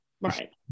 right